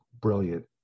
brilliant